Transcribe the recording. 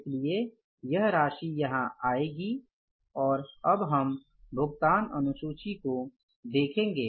इसलिए यह राशि यहां आएगी और अब हम भुगतान अनुसूची को देखेंगे